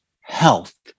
health